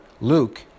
Luke